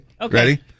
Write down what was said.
Okay